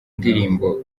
ndirimbo